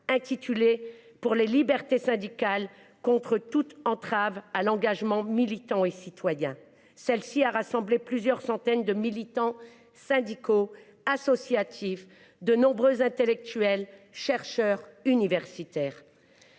intitulée :« Pour les libertés syndicales contre toutes les entraves à l’engagement militant et citoyen !» Celle ci a été signée par plusieurs centaines de militants syndicaux, associatifs, de nombreux intellectuels, chercheurs, enseignants